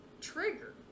trigger